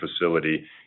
facility